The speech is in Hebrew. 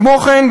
כמו כן,